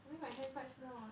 I mean my hand quite small ah